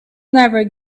never